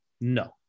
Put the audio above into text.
No